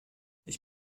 ich